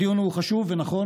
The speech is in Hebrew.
הדיון הוא חשוב ונכון,